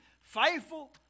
Faithful